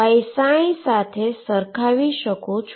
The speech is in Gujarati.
તમે સાથે સરખાવી શકો છો